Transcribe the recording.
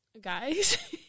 guys